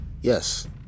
yes